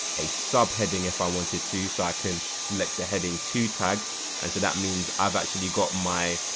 a subheading if i wanted to so i can select the heading two tag and so that means i've actually got my